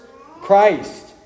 Christ